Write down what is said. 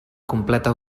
completa